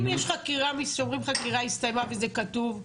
אם יש חקירה ואומרים שהחקירה הסתיימה וזה כתוב,